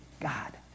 God